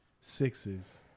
sixes